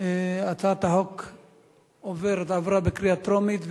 את הצעת חוק למניעת הסתננות (עבירות ושיפוט)